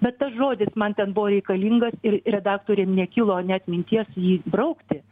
bet tas žodis man ten buvo reikalingas ir redaktoriam nekilo net minties jį braukti